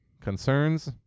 concerns